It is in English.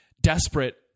desperate